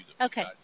Okay